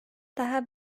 daha